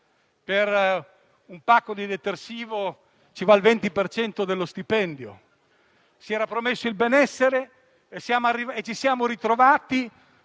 per un pacco di detersivo ci vuole il 20 per cento dello stipendio. Si era promesso il benessere e ci siamo ritrovati